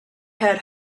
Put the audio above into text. had